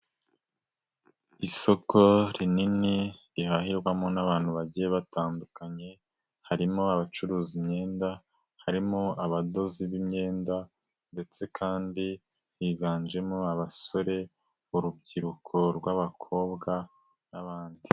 Isoko rinini rihahirwamo n'abantu bagiye batandukanye. Harimo: abacuruza imyenda, harimo abadozi b'imyenda ndetse kandi higanjemo abasore, urubyiruko rw'abakobwa n'abandi.